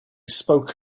spoke